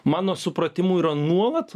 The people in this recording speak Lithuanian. mano supratimu yra nuolat